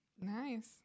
Nice